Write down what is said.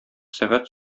сәгать